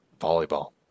volleyball